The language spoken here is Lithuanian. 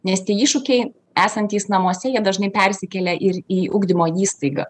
nes tie iššūkiai esantys namuose jie dažnai persikelia ir į ugdymo įstaigą